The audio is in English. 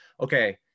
okay